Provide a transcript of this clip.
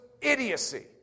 idiocy